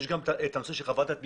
יש גם את הנושא של חוות דעת מקדמית.